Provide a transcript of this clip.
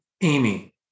Amy